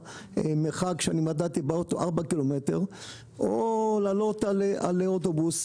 שהוא במרחק ארבעה קילומטרים לפי בדיקה שעשיתי במכונית.